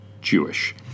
Jewish